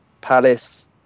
Palace